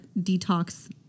detox